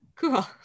Cool